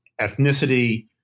ethnicity